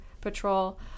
patrol